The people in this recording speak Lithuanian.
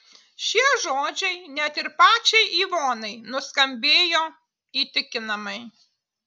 šie žodžiai net ir pačiai ivonai nuskambėjo įtikinamai